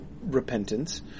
repentance